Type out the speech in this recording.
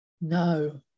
No